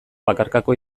bakarkako